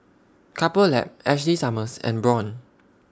Couple Lab Ashley Summers and Braun